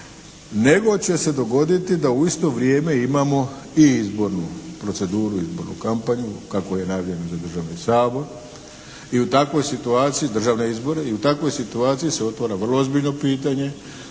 nego će se dogoditi da u isto vrijeme imamo i izbornu proceduru, izbornu kampanju kako je najavljeno za državni Sabor. I u takvoj situaciji, državne izbore,